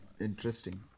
Interesting